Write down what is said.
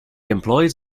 employs